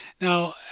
Now